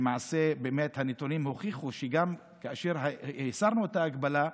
שהנתונים הוכיחו שגם כאשר הסרנו את ההגבלה,